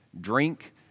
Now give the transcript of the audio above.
drink